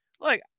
Look